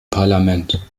parlament